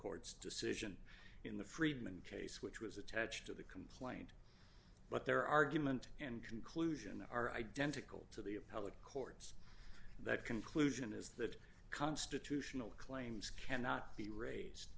court's decision in the friedman case which was attached to the complaint but their argument and conclusion are identical to the appellate court's that conclusion is that constitutional claims cannot be raised